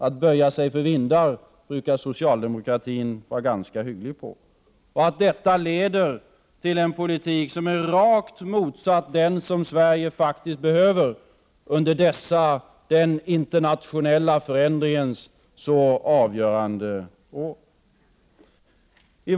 Att böja sig för vindar brukar socialdemokratin vara ganska bra på. Och detta kommer att leda till en politik, som är rakt motsatt den som Sverige faktiskt behöver under dessa den internationella förändringens så avgörande år.